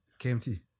KMT